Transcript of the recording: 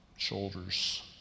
shoulders